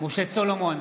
משה סולומון,